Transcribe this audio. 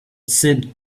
seemed